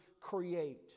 create